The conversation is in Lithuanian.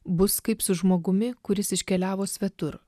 bus kaip su žmogumi kuris iškeliavo svetur